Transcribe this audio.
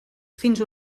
fins